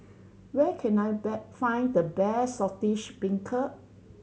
where can I find the best Saltish Beancurd